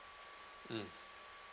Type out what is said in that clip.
mm